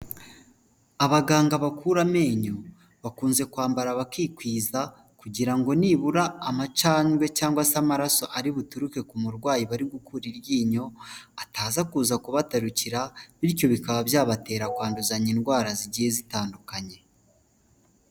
Abaganga bakura amenyo bakunze kwambara bakikwiza kugira ngo nibura amacandwe cyangwa se amaraso ari butuke ku murwayi bari gukura iryinyo ataza kuza kubatarukira, bityo bikaba byabatera kwanduzanya indwara zigiye zitandukanye.